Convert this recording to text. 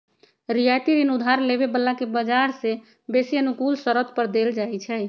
रियायती ऋण उधार लेबे बला के बजार से बेशी अनुकूल शरत पर देल जाइ छइ